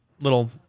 Little